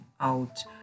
out